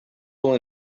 will